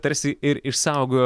tarsi ir išsaugojo